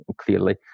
clearly